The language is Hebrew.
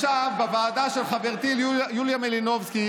ישב בוועדה של חברתי יוליה מלינובסקי